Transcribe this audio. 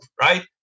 right